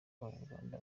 abanyarwanda